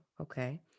okay